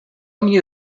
mnie